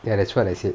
ya that's what I said